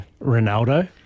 Ronaldo